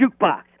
jukebox